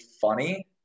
funny